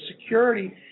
security